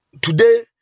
today